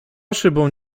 szybą